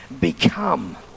become